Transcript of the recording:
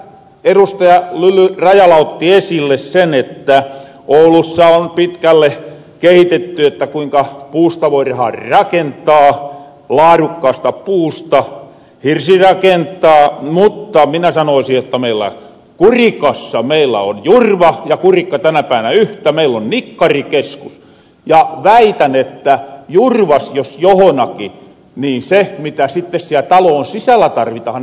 lyly rajala otti esille sen että oulussa on pitkälle kehitetty että kuinka puusta voirahan rakentaa laarukkaasta puusta hirsirakentaa mutta minä sanoosin jotta meillä kurikassa meillä on jurva ja kurikka tänä päivänä yhtä meillon nikkarikeskus ja väitän että jurvas jos johonakin se mitä sitten siellä taloon sisällä tarvitahan eli ne lelut